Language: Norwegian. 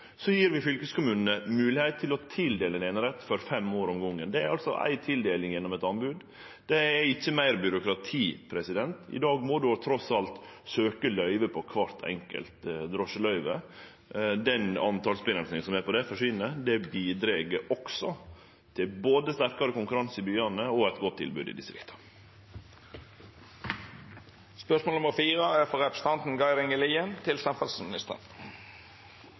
vi fylkeskommunane moglegheit til å tildele einerett for fem år om gongen. Det er ei tildeling gjennom eit anbod, det er ikkje meir byråkrati. I dag må ein trass alt søkje løyve på kvart einskilt drosjeløyve. Den talsavgrensinga som er på det, forsvinn, og det bidreg også til både sterkare konkurranse i byane og eit godt tilbod i distrikta. «For tida pågår det ein gigantisk prosess i Statens vegvesen med overføring av oppgåver og tilsette frå staten til